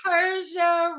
Persia